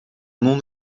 non